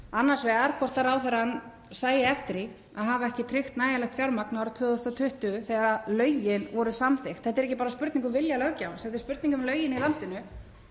Annars vegar hvort ráðherrann sæi eftir því að hafa ekki tryggt nægjanlegt fjármagn árið 2020 þegar lögin voru samþykkt. Þetta er ekki bara spurning um vilja löggjafans, þetta er spurning um lögin í landinu.